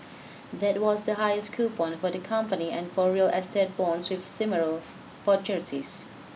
that was the highest coupon for the company and for real estate bonds with similar maturities